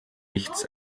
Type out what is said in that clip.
nichts